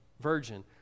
virgin